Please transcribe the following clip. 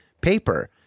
paper